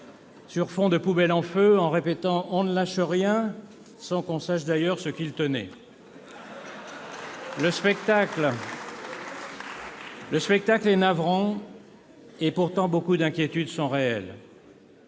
sur fond de poubelles en feu en répétant « on nelâche rien », sans que l'on sache d'ailleurs ce qu'ilstenaient. Le spectacle est navrant ; et pourtant, beaucoup d'inquiétudes sont réelles.